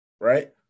right